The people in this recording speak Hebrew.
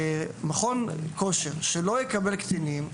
מכון כושר שלא יקבל קטינים,